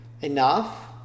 Enough